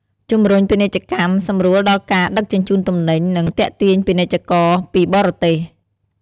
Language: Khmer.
ជំរុញពាណិជ្ជកម្ម សម្រួលដល់ការដឹកជញ្ជូនទំនិញ និងទាក់ទាញពាណិជ្ជករពីបរទេស។